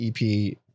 EP